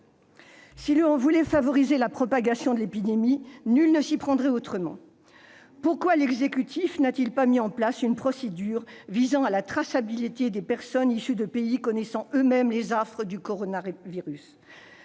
Si l'on voulait favoriser la propagation de l'épidémie, nul ne s'y prendrait autrement. Pourquoi l'exécutif n'a-t-il pas mis en place une procédure visant à assurer la traçabilité des personnes issues de pays connaissant eux-mêmes les affres du coronavirus ?